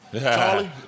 Charlie